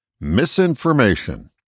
Misinformation